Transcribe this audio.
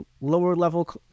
lower-level